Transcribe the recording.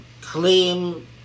claim